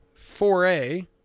4a